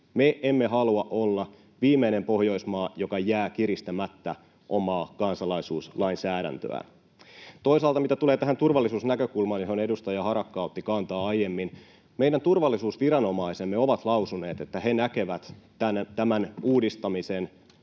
Me emme halua olla viimeinen Pohjoismaa, joka jättää kiristämättä omaa kansalaisuuslainsäädäntöään. Toisaalta mitä tulee tähän turvallisuusnäkökulmaan, johon edustaja Harakka otti kantaa aiemmin, niin meidän turvallisuusviranomaisemme ovat lausuneet, että he näkevät tämän uudistamisen